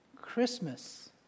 Christmas